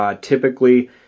typically